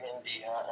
India